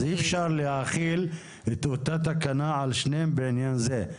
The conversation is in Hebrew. אז אי אפשר להחיל את אותה תקנה על שניהם בעניין זה.